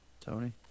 Tony